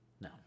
No